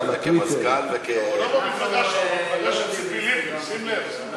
סוף-סוף במדינת ישראל